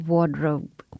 Wardrobe